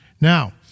Now